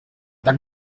this